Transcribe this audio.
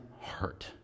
heart